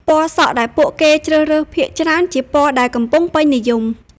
ពណ៌សក់ដែលពួកគេជ្រើសរើសភាគច្រើនជាពណ៌ដែលកំពុងពេញនិយម។